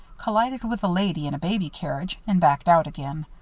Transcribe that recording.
collided with a lady and a baby carriage and backed out again.